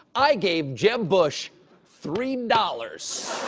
i gave jeb bush three dollars.